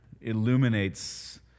illuminates